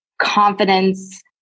confidence